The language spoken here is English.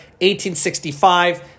1865